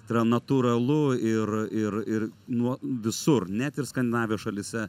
tai yra natūralu ir ir ir nuo visur net ir skandinavijos šalyse